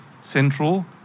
Central